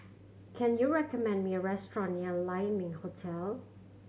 can you recommend me a restaurant near Lai Ming Hotel